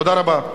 תודה רבה.